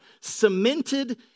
cemented